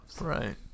Right